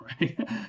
right